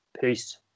Peace